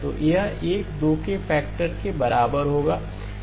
तो यह 2 के एक फैक्टर के बराबर होगा